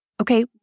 Okay